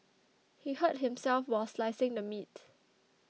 he hurt himself while slicing the meat